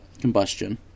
combustion